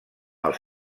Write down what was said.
els